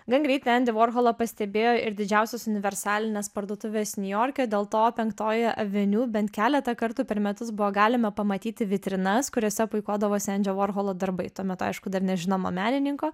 gan greitai endį vorholą pastebėjo ir didžiausios universalinės parduotuvės niujorke dėl to penktojoje aveniu bent keletą kartų per metus buvo galima pamatyti vitrinas kuriose puikuodavosi endžio vorholo darbai tuomet aišku dar nežinomo menininko